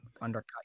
undercut